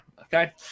okay